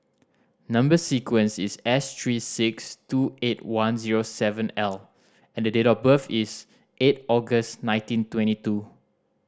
number sequence is S three six two eight one zero seven L and the date of birth is eight August nineteen twenty two